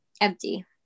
empty